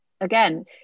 again